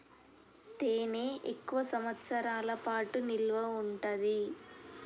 తేనె ఎక్కువ సంవత్సరాల పాటు నిల్వ ఉంటాది